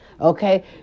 okay